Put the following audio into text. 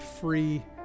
free